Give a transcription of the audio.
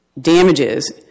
damages